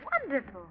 wonderful